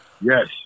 Yes